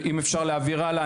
אם אפשר להעביר הלאה,